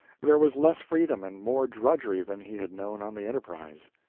there was less freedom and more drudgery than he had known on the enterprise.